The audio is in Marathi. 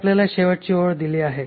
ती आपल्याला शेवटची ओळ दिली आहे